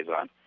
on